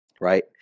right